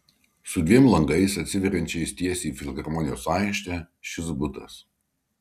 su dviem langais atsiveriančiais tiesiai į filharmonijos aikštę šis butas